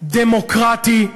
דמוקרטי,